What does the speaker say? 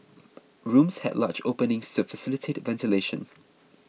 rooms had large openings sir facilitate ventilation